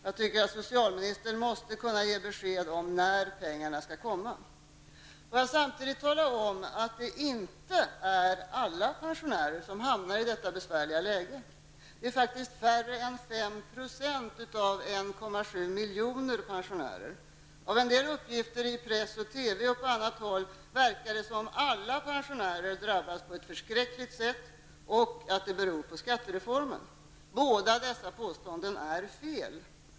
Jag tycker socialministern måste kunna ge besked om när pengarna skall komma. Får jag samtidigt tala om att det inte är alla pensionärer som hamnar i detta besvärliga läge. Det är faktiskt färre än 5 % av 1,7 miljoner pensionärer. Av en del uppgifter i press och TV verkar det som om alla pensionärer drabbas på ett förskräckligt sätt och som om det beror på skattereformen. Båda dessa påståenden är felaktiga.